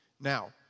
Now